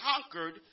conquered